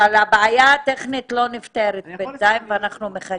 אבל בינתיים הבעיה הטכנית לא נפתרת ואנחנו מחכים.